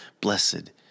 Blessed